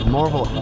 Marvel